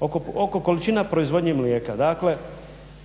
oko količina proizvodnja mlijeka. 2003.